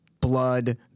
Blood